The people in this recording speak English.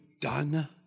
done